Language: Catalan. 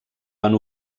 van